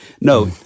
No